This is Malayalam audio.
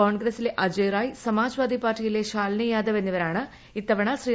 കോൺഗ്രസിലെ അജയ്റായ് സമാജ്വാദി പാർട്ടിയിലെ ശാലിനി യാദവ് എന്നിവരാണ് ഇത്തവണ ശ്രീ